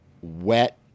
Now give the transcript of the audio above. wet